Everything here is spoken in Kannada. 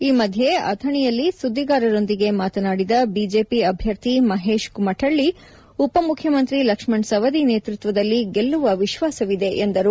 ಈ ಮಧ್ಯೆ ಅಥಣಿಯಲ್ಲಿ ಸುದ್ದಿಗಾರರೊಂದಿಗೆ ಮಾತನಾಡಿದ ಬಿಜೆಪಿ ಅಭ್ಯರ್ಥಿ ಮಹೇಶ್ ಕುಮರಳ್ಳಿ ಉಪ ಮುಖ್ಯಮಂತ್ರಿ ಲಕ್ಷ್ಮಷ್ ಸವದಿ ನೇತೃತ್ವದಲ್ಲಿ ಗೆಲ್ಲುವ ವಿಶ್ವಾಸ ಇದೆ ಎಂದರು